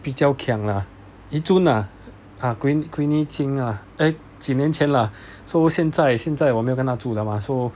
比较 kiang lah yi chun ah ah gui gui ni qin ah 几年前 lah so 现在现在我没有跟他住 liao mah so